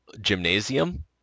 gymnasium